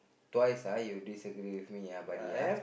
twice uh you disagree with me uh buddy uh